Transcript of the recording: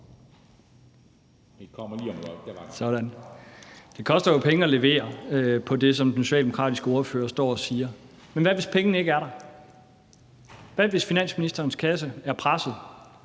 Det koster jo penge at levere på det, som den socialdemokratiske ordfører står og siger. Men hvad, hvis pengene ikke er der? Hvad, hvis finansministerens kasse er presset?